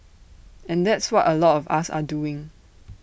and that's what A lot us are doing